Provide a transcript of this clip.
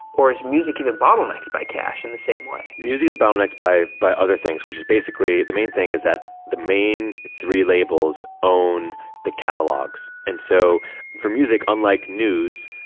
or is music even bottlenecked by cash in the same way? music is bottlenecked by by other things, which is basically the main thing is that the main three labels own the catalogs. and so for music, unlike news,